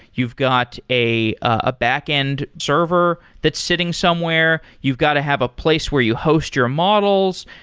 you've got a a backend server that's sitting somewhere. you've got to have a place where you host your models.